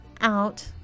out